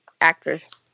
actress